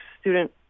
student